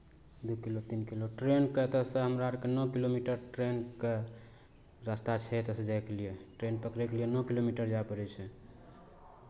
दू किलो तीन किलो ट्रेनके तऽ एतयसँ हमरा आरकेँ नओ किलोमीटर ट्रेनके रस्ता छै एतयसँ जायके लिए ट्रेन पकड़ैके लिए नओ किलोमीटर जाय पड़ै छै